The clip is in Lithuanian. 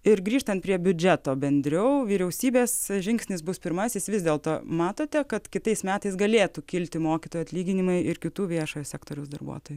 ir grįžtant prie biudžeto bendriau vyriausybės žingsnis bus pirmasis vis dėlto matote kad kitais metais galėtų kilti mokytojų atlyginimai ir kitų viešojo sektoriaus darbuotojų